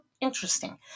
interesting